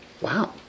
Wow